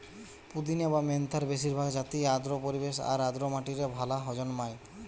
পুদিনা বা মেন্থার বেশিরভাগ জাতিই আর্দ্র পরিবেশ আর আর্দ্র মাটিরে ভালা জন্মায়